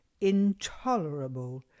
intolerable